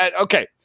okay